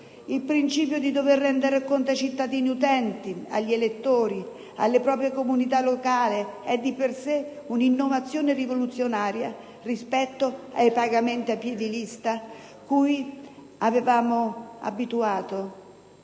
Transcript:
Il principio di dover rendere conto ai cittadini utenti, agli elettori ed alle proprie comunità locali è di per sé un'innovazione rivoluzionaria rispetto ai pagamenti a piè di lista cui nella prima